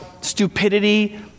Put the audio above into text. stupidity